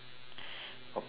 okay